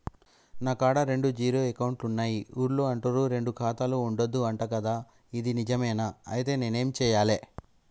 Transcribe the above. నా కాడా రెండు జీరో అకౌంట్లున్నాయి ఊళ్ళో అంటుర్రు రెండు ఖాతాలు ఉండద్దు అంట గదా ఇది నిజమేనా? ఐతే నేనేం చేయాలే?